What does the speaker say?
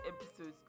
episodes